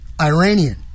Iranian